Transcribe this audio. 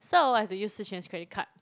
so I have to use Shi-Xuan's credit card